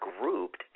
grouped